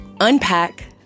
unpack